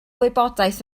wybodaeth